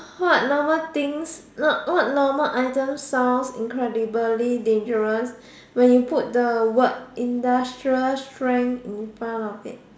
what normal things not what normal items sounds incredibly dangerous when you put the word industrial strength in front of it